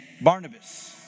Barnabas